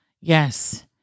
Yes